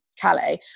calais